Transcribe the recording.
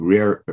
Rare